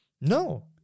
No